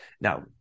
now